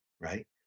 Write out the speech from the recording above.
right